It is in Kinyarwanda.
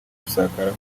gusakara